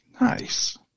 nice